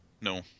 No